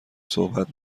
صحبت